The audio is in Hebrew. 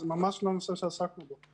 זה לא ממש הנושא שעסקנו בו.